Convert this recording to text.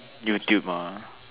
YouTube ah